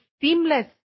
seamless